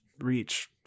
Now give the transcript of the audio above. reach